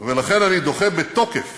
לכן אני דוחה בתוקף